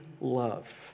love